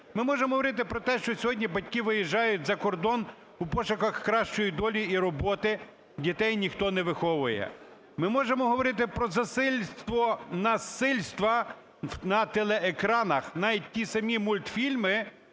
Ми можемо говорити про те, що сьогодні батьки виїжджають за кордон у пошуках кращої долі і роботи, дітей ніхто не виховує. Ми можемо говорити про засильство насильства на телеекранах. Навіть ті самі мультфільми,